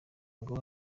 ngo